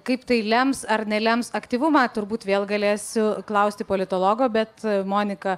kaip tai lems ar nelems aktyvumą turbūt vėl galėsiu klausti politologo bet monika